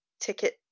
ticket